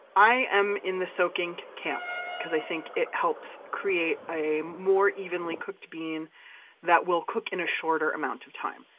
i am in the soaking camp. cause i think it helps create a more evenly cooked bean that will cook in a shorter amount of time.